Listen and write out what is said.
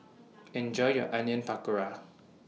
Enjoy your Onion Pakora